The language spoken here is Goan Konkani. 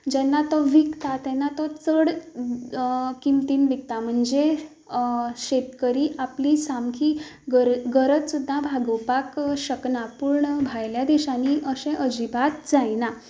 जेन्ना तो विकता तेन्ना तो चड किमतीन विकता म्हणजे शेतकरी आपली सामकीं गर गरज सुद्दा भागोवपाक शकना पूण भायल्यां देशांंनी अशें अजिबात जायना